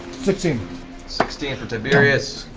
sixteen sixteen for tiberius.